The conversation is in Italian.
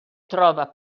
trova